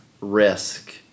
risk